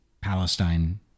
Palestine